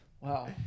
Wow